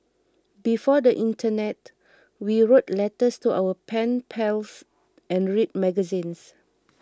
before the internet we wrote letters to our pen pals and read magazines